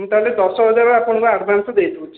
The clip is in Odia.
ମୁଁ ତାହାଲେ ଦଶ ହଜାର ଆପଣଙ୍କୁ ଆଡ଼ଭାନ୍ସ ଦେଇଦେଉଛି